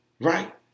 right